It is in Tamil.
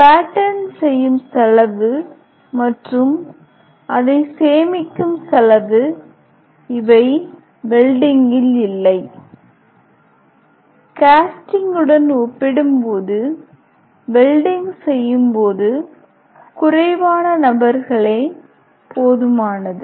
பேட்டேர்ன் செய்யும் செலவு மற்றும் அதை சேமிக்கும் செலவு இவை வெல்டிங்கில் இல்லை கேஸ்டிங்குடன் ஒப்பிடும்போது வெல்டிங் செய்யும்போது குறைவான நபர்களே போதுமானது